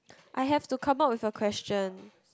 I have to come out with a question